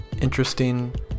interesting